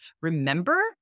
remember